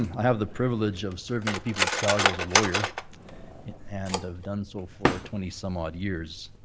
i have the privilege of serving the people of calgary as a lawyer and i've done so for twenty some odd years.